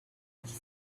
dix